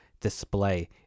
display